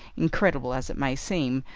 incredible as it may seem,